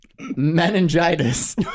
meningitis